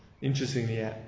Interestingly